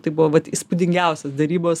tai buvo vat įspūdingiausios derybos